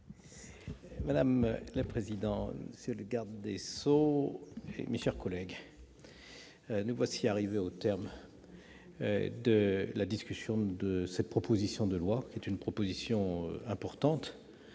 Madame la présidente, monsieur le garde des sceaux, mes chers collègues, nous voici arrivés au terme de la discussion de cette proposition de loi, qui est importante.